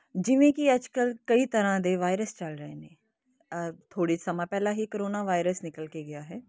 ਜਿਵੇਂ ਕਿ ਅੱਜ ਕੱਲ੍ਹ ਕਈ ਤਰ੍ਹਾਂ ਦੇ ਵਾਇਰਸ ਚੱਲ ਰਹੇ ਨੇ ਥੋੜ੍ਹੇ ਸਮਾਂ ਪਹਿਲਾਂ ਹੀ ਕਰੋਨਾ ਵਾਇਰਸ ਨਿਕਲ ਕੇ ਗਿਆ ਹੈ